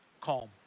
calm